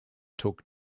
took